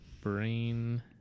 brain